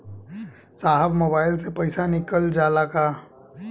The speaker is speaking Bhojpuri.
साहब मोबाइल से पैसा निकल जाला का?